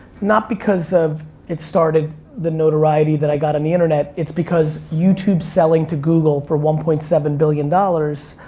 not because of it started the notoriety that i got on the internet, it's because youtube selling to google for one point seven billion dollars,